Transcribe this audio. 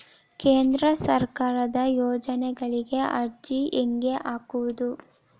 ಕೇಂದ್ರ ಸರ್ಕಾರದ ಯೋಜನೆಗಳಿಗೆ ಅರ್ಜಿ ಹೆಂಗೆ ಹಾಕೋದು?